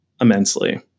immensely